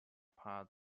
part